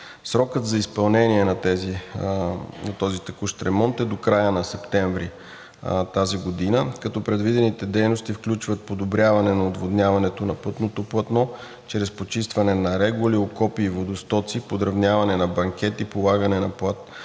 Срокът за изпълнение на текущия ремонт е до края на септември тази година, като предвидените дейности включват подобряване на отводняването на пътното платно чрез почистване на регули, окопи и водостоци, подравняване на банкети, полагане на плътна